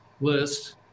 list